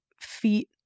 feet